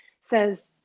says